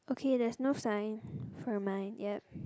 okay there is no sign for mine yup